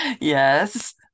yes